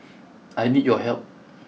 I need your help